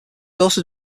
also